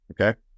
Okay